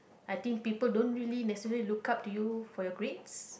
I think people don't usually necessarily look up to you for your grades